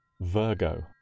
Virgo